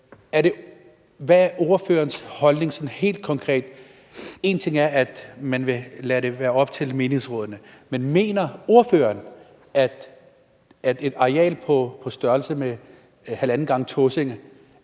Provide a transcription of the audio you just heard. Hvad er ordførerens holdning sådan helt konkret? En ting er, at man vil lade det være op til menighedsrådene, men mener ordføreren, at et areal på størrelse med halvanden gange Tåsinge